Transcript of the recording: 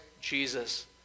Jesus